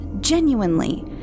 Genuinely